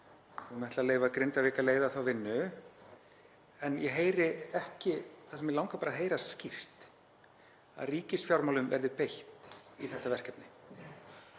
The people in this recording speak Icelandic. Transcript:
og hún ætli að leyfa Grindavík að leiða þá vinnu. En ég heyri ekki það sem mig langar bara að heyra skýrt, að ríkisfjármálum verði beitt í þetta verkefni.